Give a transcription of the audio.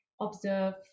observe